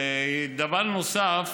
דבר נוסף: